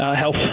Health